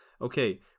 Okay